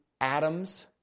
atoms